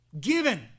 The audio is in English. Given